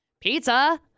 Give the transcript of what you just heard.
pizza